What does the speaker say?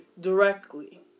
directly